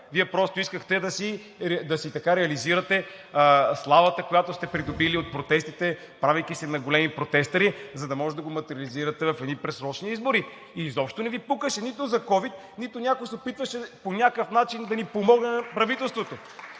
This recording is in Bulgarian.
Вие просто искахте да си реализирате славата, която сте придобили от протестите, правейки се на големи протестъри, за да може да го материализирате в едни предсрочни избори. Изобщо не Ви пукаше –нито за ковид, нито някой се опитваше по някакъв начин да помогне на правителството!